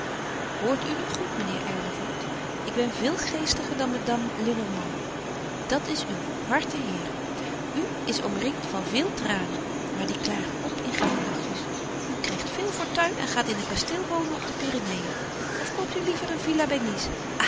hoort u nu goed meneer erlevoort ik ben veel geestiger dan madame lenormand dat is u hartenheer u is omringd van veel tranen maar die klaren op in glimlachjes u krijgt veel fortuin en gaat in een kasteel wonen op de pyreneeën of koopt u liever een villa